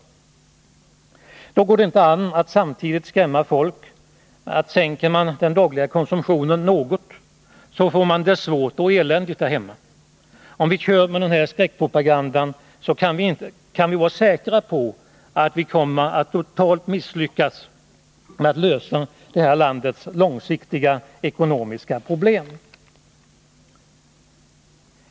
Då går det inte an att samtidigt skrämma folk genom att säga att sänker man den dagliga konsumtionen något, så får man det svårt och eländigt där hemma. Om vi kör med den här skräckpropagandan kan vi vara säkra på att vi kommer att totalt misslyckas med att lösa landets långsiktiga ekonomiska problem.